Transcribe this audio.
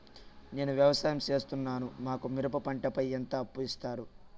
నేను వ్యవసాయం సేస్తున్నాను, మాకు మిరప పంటపై ఎంత అప్పు ఇస్తారు